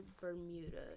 Bermuda